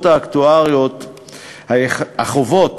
החבות